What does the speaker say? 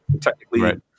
Technically